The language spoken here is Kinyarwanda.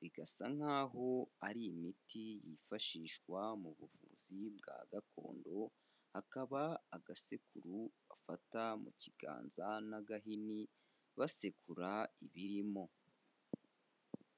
bigasa nk'aho ari imiti yifashishwa mu buvuzi bwa gakondo, hakaba agasekuru bafata mu kiganza n'agahini basekura ibirimo.